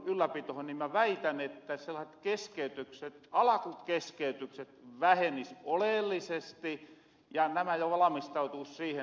minä väitän että keskeytykset alakukeskeytykset vähenis oleellisesti ja nämä jo valamistautuus siihen